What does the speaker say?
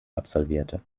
absolvierte